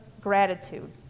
gratitude